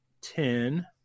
ten